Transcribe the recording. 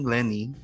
Lenny